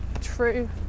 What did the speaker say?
true